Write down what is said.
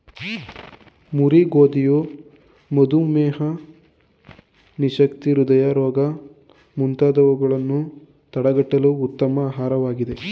ಮುರಿ ಗೋಧಿಯು ಮಧುಮೇಹ, ನಿಶಕ್ತಿ, ಹೃದಯ ರೋಗ ಮುಂತಾದವುಗಳನ್ನು ತಡಗಟ್ಟಲು ಉತ್ತಮ ಆಹಾರವಾಗಿದೆ